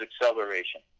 acceleration